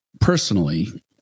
personally